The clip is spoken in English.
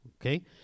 Okay